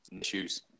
issues